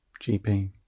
GP